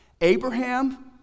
Abraham